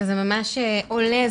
אבל זה ממש עולה,